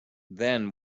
then